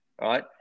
right